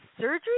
surgery